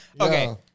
Okay